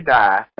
die